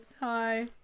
Hi